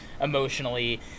emotionally